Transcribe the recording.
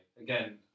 Again